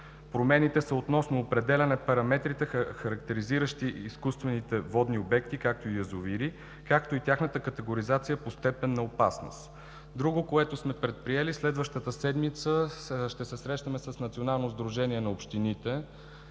Промените са относно определяне параметрите, характеризиращи изкуствените водни обекти, както и язовири, както и тяхната категоризация по степен на опасност. Друго, което сме предприели – следващата седмица ще се срещнем с Национално сдружение на общините,